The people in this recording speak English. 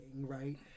right